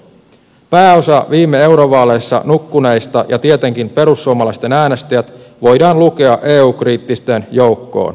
pääosa viime eurovaaleissa nukkuneista ja tietenkin perussuomalaisten äänestäjät voidaan lukea eu kriittisten joukkoon